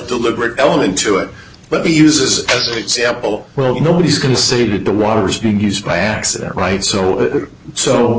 deliberate element to it but the uses as an example well nobody's going to say that the water's being used by accident right so so